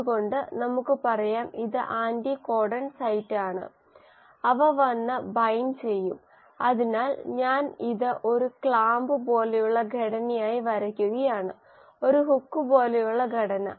അതുകൊണ്ട് നമുക്ക് പറയാം ഇത് ആന്റികോഡൺ സൈറ്റാണ് അവ വന്ന് ബൈൻഡ് ചെയ്യും അതിനാൽ ഞാൻ ഇത് ഒരു ക്ലാമ്പ് പോലെയുള്ള ഘടനയായി വരയ്ക്കുകയാണ് ഒരു ഹുക്ക് പോലെയുള്ള ഘടന